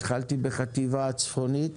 התחלתי בחטיבה הצפונית,